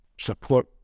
support